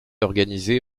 organisées